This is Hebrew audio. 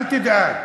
אל תדאג.